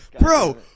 Bro